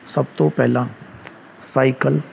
ਸਭ ਤੋਂ ਪਹਿਲਾਂ ਸਾਈਕਲ